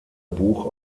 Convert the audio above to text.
buch